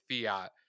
Fiat